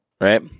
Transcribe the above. right